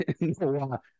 no